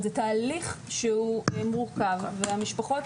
זה תהליך שהוא תהליך די מורכב והמשפחות